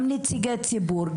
גם נציגי ציבור,